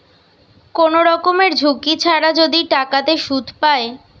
কোন রকমের ঝুঁকি ছাড়া যদি টাকাতে সুধ পায়